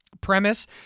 premise